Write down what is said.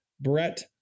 Brett